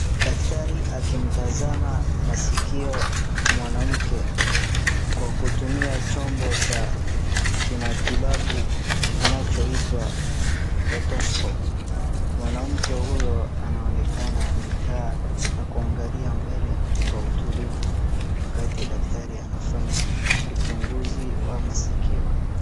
Daktari akimtazama masikio mwanamke, kwa kutumia chombo cha kimatibabu kinachoitwa otoskop . Mwanamke huyo anaonekana amekaa na kuangalia mbele kwa utulivu wakati daktari anafanya uchunguzi wa masikio.